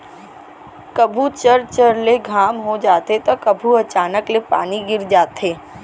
कभू चरचर ले घाम हो जाथे त कभू अचानक ले पानी गिर जाथे